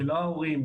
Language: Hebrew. ולא ההורים,